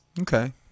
Okay